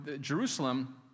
Jerusalem